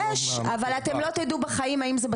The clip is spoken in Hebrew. אז כל התיעודים שלנו טריים.